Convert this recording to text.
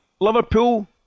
Liverpool